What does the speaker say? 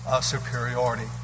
superiority